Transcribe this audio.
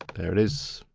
there it is.